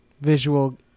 visual